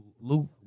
Luke